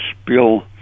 spill